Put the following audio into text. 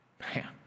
Man